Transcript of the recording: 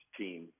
team